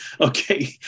okay